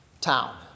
town